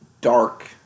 dark